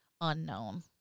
unknown